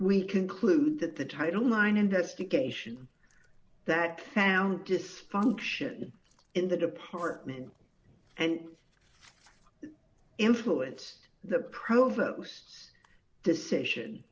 we conclude that the title mine investigation that found dysfunction in the department and influence the provost's decision